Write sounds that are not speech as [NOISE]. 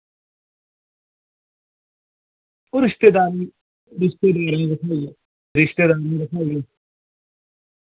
ओह् रिश्तेदारी [UNINTELLIGIBLE] रिश्तेदारी [UNINTELLIGIBLE]